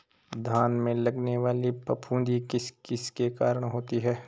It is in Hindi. धान में लगने वाली फफूंदी किस किस के कारण होती है?